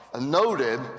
noted